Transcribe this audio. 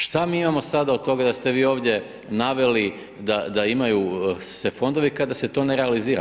Šta mi imamo sada od toga da ste vi ovdje naveli, da imaju se fondovi, kada se to ne realizira.